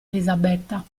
elisabetta